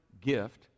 gift